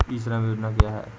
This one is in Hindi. ई श्रम योजना क्या है?